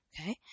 Okay